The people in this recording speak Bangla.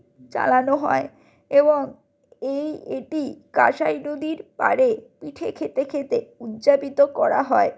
চালানো হয় এবং এই এটি কাসাই নদীর পাড়ে পিঠে খেতে খেতে উদযাপিত করা হয়